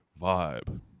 vibe